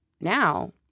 now